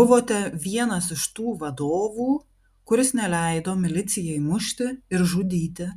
buvote vienas iš tų vadovų kuris neleido milicijai mušti ir žudyti